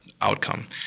outcome